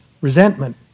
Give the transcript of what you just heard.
resentment